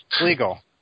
legal